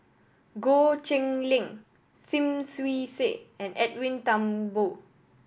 Goh Cheng Liang Lim Swee Say and Edwin Thumboo